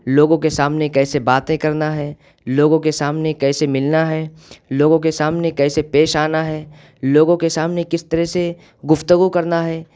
لوگوں کے سامنے کیسے باتیں کرنا ہے لوگوں کے سامنے کیسے ملنا ہیں لوگوں کے سامنے کیسے پیش آنا ہے لوگوں کے سامنے کس طرح سے گفتگو کرنا ہے